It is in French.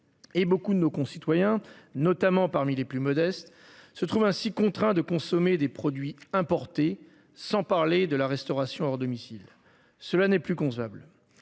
Et beaucoup de nos concitoyens, notamment parmi les plus modestes se trouve ainsi contraint de consommer des produits importés sans parler de la restauration hors domicile, cela n'est plus concevable.